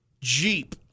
Jeep